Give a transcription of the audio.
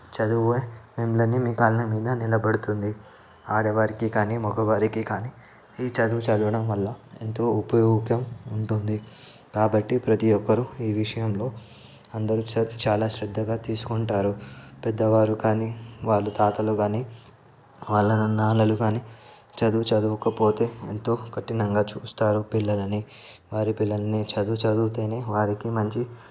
చదువే మిమ్మల్ని మీ కాళ్ళ మీద నిలపెడుతుంది ఆడవారికి కానీ మగవారికి కానీ ఈ చదువు చదవడం వల్ల ఎంతో ఉపయోగం ఉంటుంది కాబట్టి ప్రతి ఒక్కరు ఈ విషయంలో అందరూ శ్ర చాలా శ్రద్ధగా తీసుకుంటారు పెద్దవారు కానీ వాళ్ళు తాతలు కానీ వాళ్ళ నాన్నలు కానీ చదువు చదువకపోతే ఎంతో కఠినంగా చూపిస్తారు పిల్లలని వారి పిల్లల్ని చదువు చదువుతూనే వారికి మంచి